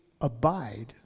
abide